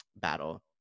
battle